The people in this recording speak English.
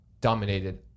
dominated